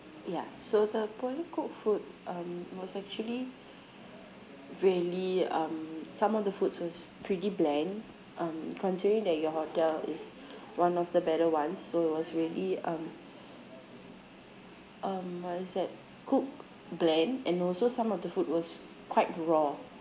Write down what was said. ya so the poorly cooked food um was actually really um some of the foods was pretty bland um considering that your hotel is one of the better ones so it was really um um what is that cook bland and also some of the food was quite raw